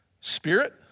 spirit